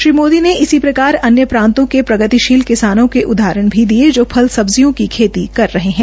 श्री मोदी ने इसी प्रकार अन्य प्रांतो के प्रगतिशील किसानों के उदाहरण भी दिये जो फल सब्जियों की खेती कर रहे है